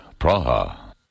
Praha